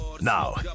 Now